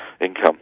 income